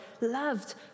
loved